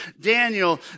Daniel